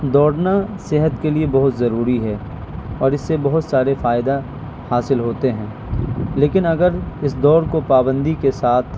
دوڑنا صحت کے لیے بہت ضروری ہے اور اس سے بہت سارے فائدہ حاصل ہوتے ہیں لیکن اگر اس دوڑ کو پابندی کے ساتھ